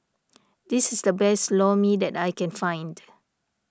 this is the best Lor Mee that I can find